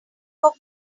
plank